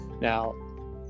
Now